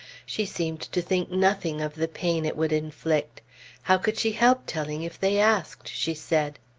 she seemed to think nothing of the pain it would inflict how could she help telling if they asked? she said.